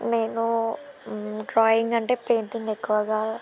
నేను డ్రాయింగ్ అంటే పెయింటింగ్ ఎక్కువగా